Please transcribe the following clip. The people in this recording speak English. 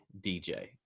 DJ